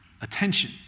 attention